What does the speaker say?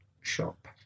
shop